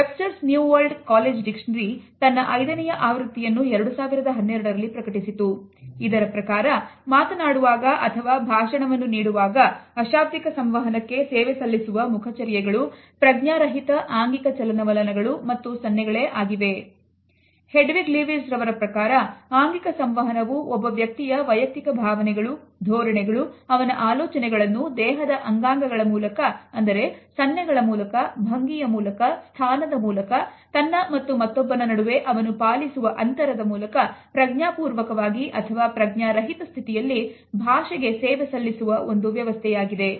Webster's New World College Dictionary ತನ್ನ 5ನೆಯ ಆವೃತ್ತಿಯನ್ನು 2012 ರಲ್ಲಿ ಪ್ರಕಟಿಸಿತು ಇದರ ಪ್ರಕಾರ ಮಾತನಾಡುವಾಗ ಅಥವಾ ಭಾಷಣವನ್ನು ನೀಡುವಾಗ ಅಶಾಬ್ದಿಕ ಸಂವಹನಕ್ಕೆ ಸೇವೆ ಸಲ್ಲಿಸುವ ಮುಖಚರ್ಯೆಗಳು ಪ್ರಜ್ಞಾ ರಹಿತ ಆಂಗಿಕ ಚಲನವಲನಗಳು ಮತ್ತು ಸನ್ನೆಗಳೇHedwig Lewis ರವರ ಪ್ರಕಾರ ಆಂಗಿಕ ಸಂವಹನವು ಒಬ್ಬ ವ್ಯಕ್ತಿಯ ವೈಯಕ್ತಿಕ ಭಾವನೆಗಳು ಧೋರಣೆಗಳು ಅವನ ಆಲೋಚನೆಗಳನ್ನು ದೇಹದ ಅಂಗಾಂಗಗಳ ಮೂಲಕ ಅಂದರೆ ಸನ್ನೆಗಳ ಮೂಲಕ ಭಂಗಿಯ ಮೂಲಕ ಸ್ಥಾನದ ಮೂಲಕ ತನ್ನ ಮತ್ತು ಮತ್ತೊಬ್ಬನ ನಡುವೆ ಅವನು ಪಾಲಿಸುವ ಅಂತರದ ಮೂಲಕ ಪ್ರಜ್ಞಾಪೂರ್ವಕ ಅಥವಾ ಪ್ರಜ್ಞಾ ರಹಿತ ಸ್ಥಿತಿಯಲ್ಲಿ ಭಾಷೆಗೆ ಸೇವೆ ಸಲ್ಲಿಸುವ ಒಂದು ವ್ಯವಸ್ಥೆಯಾಗಿದೆ